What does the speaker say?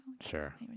sure